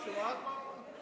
לכו תעשו שירות אזרחי.